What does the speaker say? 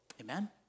Amen